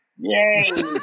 Yay